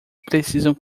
precisam